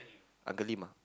Uncle-Lim ah